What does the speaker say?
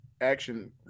action